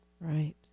Right